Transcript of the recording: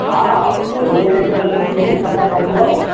ହଁ କୋଡ଼ିଏ ଲିଟରକୁ ତିରିଶ ଟଙ୍କା ପଡ଼ିବ